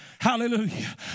Hallelujah